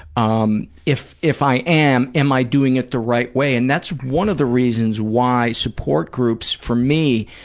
um if, if, i am, am i doing it the right way? and that's one of the reasons why support groups, for me,